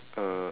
uh